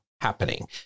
happening